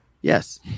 Yes